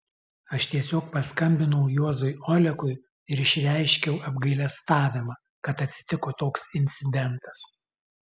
aš tiesiog paskambinau juozui olekui ir išreiškiau apgailestavimą kad atsitiko toks incidentas